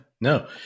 no